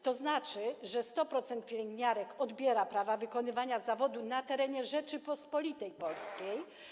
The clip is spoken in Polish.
To znaczy, że 100% pielęgniarek uzyskuje prawo wykonywania zawodu na terenie Rzeczypospolitej Polskiej.